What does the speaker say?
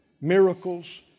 Miracles